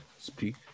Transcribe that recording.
speak